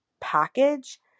package